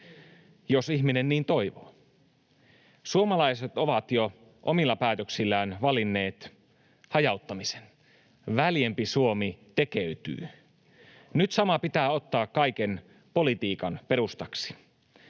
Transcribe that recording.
jos ihminen niin toivoo. Suomalaiset ovat jo omilla päätöksillään valinneet hajauttamisen. Väljempi Suomi tekeytyy. Nyt sama pitää ottaa kaiken politiikan perustaksi,